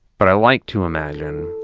but i like to imagine